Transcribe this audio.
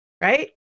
right